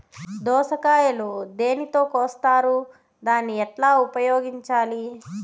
దోస కాయలు దేనితో కోస్తారు దాన్ని ఎట్లా ఉపయోగించాలి?